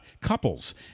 couples